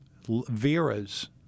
Vera's